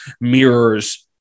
mirrors